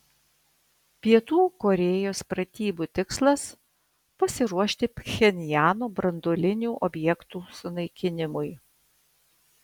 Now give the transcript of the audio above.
pietų korėjos pratybų tikslas pasiruošti pchenjano branduolinių objektų sunaikinimui